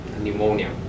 pneumonia